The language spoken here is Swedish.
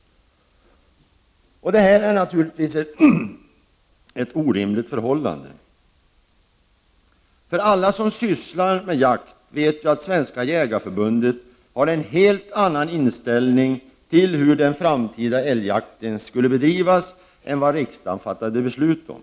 Det här är naturligtvis ett orimligt förhållande. Alla som sysslar med jakt vet att Svenska jägareförbundet hade en helt annan inställning till hur den framtida älgjakten skulle bedrivas än vad riksdagen fattade beslut om.